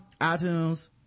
itunes